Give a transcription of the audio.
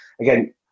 again